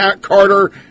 Carter